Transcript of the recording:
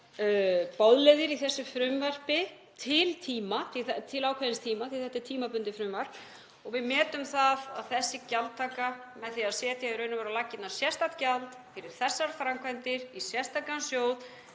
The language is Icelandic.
boðleiðir í þessu frumvarpi til ákveðins tíma því að þetta er tímabundið frumvarp og við metum það að þessi gjaldtaka, með því að setja í raun og veru á laggirnar sérstakt gjald fyrir þessar framkvæmdir í sérstakan sjóð,